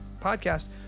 podcast